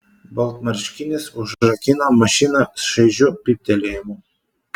baltmarškinis užrakino mašiną šaižiu pyptelėjimu